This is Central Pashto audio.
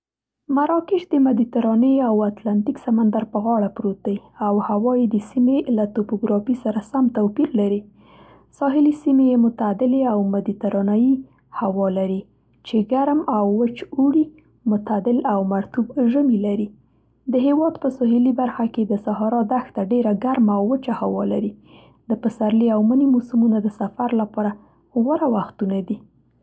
مراکش د مدیترانې او اتلانتیک سمندر په غاړه پروت دی، او هوا یې د سیمې له توپوګرافي سره سم توپیر لري. ساحلي سیمې یې معتدلې او مدیترانه‌يي هوا لري، چې ګرم او وچ اوړي، معتدل او مرطوب ژمي لري. د هېواد په سهیلي برخه کې د صحارا دښته ډېره ګرمه او وچه هوا لري. د پسرلي او مني موسمونه د سفر لپاره غوره وختونه دي.